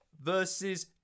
versus